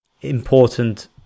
important